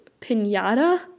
pinata